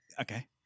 Okay